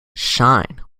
shine